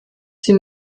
sie